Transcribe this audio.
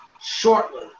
shortly